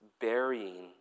burying